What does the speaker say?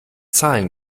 zahlen